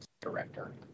Director